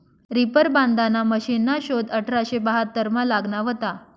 reaper बांधाना मशिनना शोध अठराशे बहात्तरमा लागना व्हता